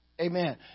Amen